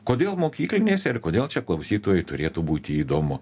kodėl mokyklinėse ir kodėl čia klausytojui turėtų būti įdomu